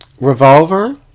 Revolver